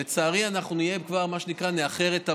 לצערי אנחנו כבר, מה שנקרא, נאחר את המועד.